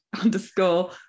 underscore